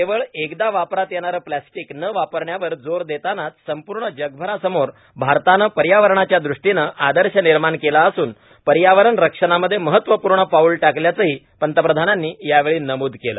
केवळ एकदा वापरात येणारे प्लास्टीक न वापरण्यावर जोर देतानाच संपूर्ण जगासमोर भारतानं पर्यावरणाच्या दृष्टीनं आदर्श निर्माण केला असून पर्यावरण रक्षणामध्ये महत्वपूर्ण पाऊल टाकल्याचंही पंतप्रधानांनी यावेळी नमूद केलं